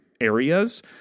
areas